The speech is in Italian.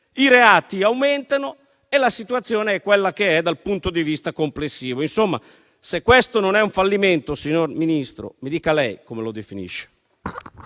i reati aumentano e la situazione è quella che è dal punto di vista complessivo. Se questo non è un fallimento, signor Ministro, mi dica lei come lo definisce.